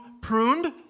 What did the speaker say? pruned